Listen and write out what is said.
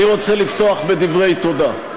אני רוצה לפתוח בדברי תודה.